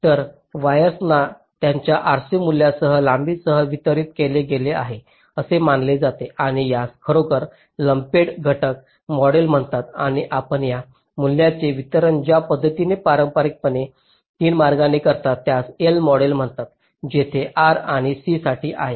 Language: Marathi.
तर वायर्सना त्याच्या RC मूल्यांसह लांबीसह वितरित केले गेले आहे असे मानले जाते आणि यास खरोखर लंपेड घटक मॉडेल म्हणतात आणि आपण या मूल्यांचे वितरण ज्या पद्धतीने पारंपारिकपणे 3 मार्गांनी करतात त्यास L मॉडेल म्हणतात जिथे R आणि C साठी आहे